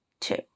Two